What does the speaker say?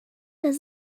does